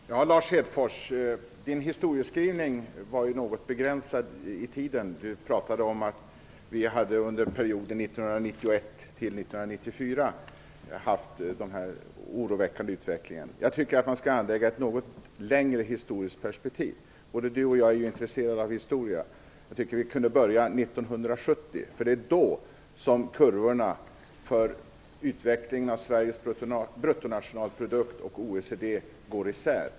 Fru talman! Lars Hedfors historieskrivning var något begränsad i tiden. Han pratade om att vi under perioden 1991-1994 hade haft en oroväckande utveckling. Jag tycker att man skall anlägga ett något längre historiskt perspektiv. Både Lars Hedfors och jag är intresserade av historia, och jag tycker att vi kan börja 1970, då kurvorna för utvecklingen av Sveriges bruttonationalprodukt och inom OECD går isär.